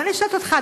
ואני שואלת אותך,